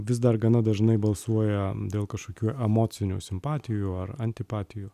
vis dar gana dažnai balsuoja dėl kažkokių emocinių simpatijų ar antipatijų